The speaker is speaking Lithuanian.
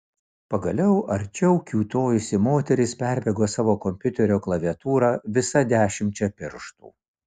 pagaliau arčiau kiūtojusi moteris perbėgo savo kompiuterio klaviatūrą visa dešimčia pirštų